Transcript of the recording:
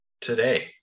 today